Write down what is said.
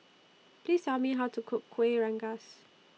Please Tell Me How to Cook Kueh Rengas